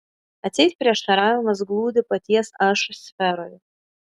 atseit prieštaravimas glūdi paties aš sferoje